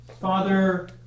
father